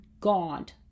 God